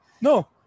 No